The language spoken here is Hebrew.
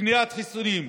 לקניית חיסונים.